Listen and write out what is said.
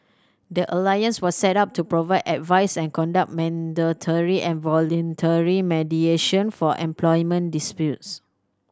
the alliance was set up to provide advice and conduct mandatory and voluntary mediation for employment disputes